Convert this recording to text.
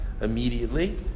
immediately